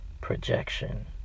projection